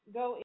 go